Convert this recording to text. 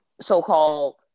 so-called